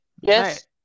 Yes